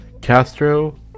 Castro